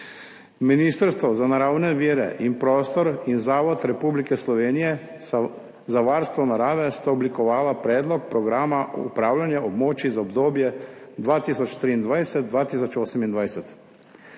Ministrstvo za naravne vire in prostor in Zavod Republike Slovenije za varstvo narave, sta oblikovala predlog programa upravljanja območij za obdobje 2023-2028,